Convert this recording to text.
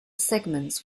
segments